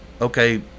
okay